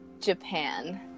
Japan